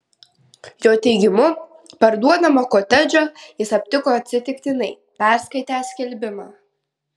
jo teigimu parduodamą kotedžą jis aptiko atsitiktinai perskaitęs skelbimą